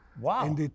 Wow